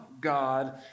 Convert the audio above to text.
God